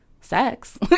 sex